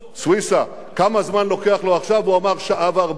סויסה, כמה זמן לוקח לו עכשיו, הוא אמר, שעה ו-40.